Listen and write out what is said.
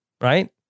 right